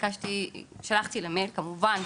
וכמובן,